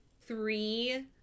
three